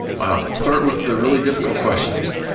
wow, start with the really difficult questions.